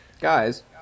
Guys